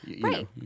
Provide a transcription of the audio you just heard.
Right